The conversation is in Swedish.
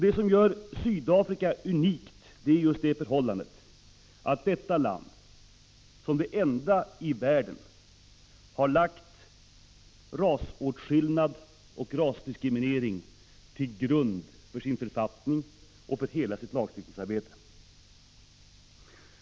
Det som gör Sydafrika unikt är just förhållandet att detta land som det enda i världen har lagt rasåtskillnad och rasdiskriminering till grund för sin författning och för hela sin lagstiftning.